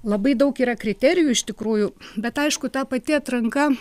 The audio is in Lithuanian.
labai daug yra kriterijų iš tikrųjų bet aišku ta pati atranka